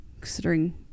considering